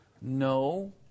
No